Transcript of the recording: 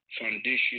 Foundation